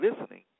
listening